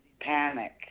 panic